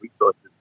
resources